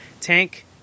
tank